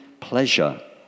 pleasure